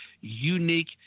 unique